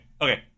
Okay